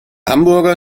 hamburger